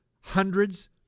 hundreds